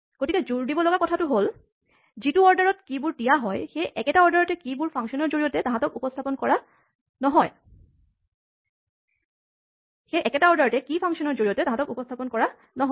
গতিকে জোৰ দিব লগা কথাটো হ'ল যিটো অৰ্ডাৰত কীচাবিবোৰ দিয়া হয় সেই একেটা অৰ্ডাৰতে কী ফাংচনৰ জৰিয়তে তাহাঁতক উপস্হাপন কৰা নহয়